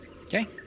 Okay